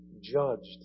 judged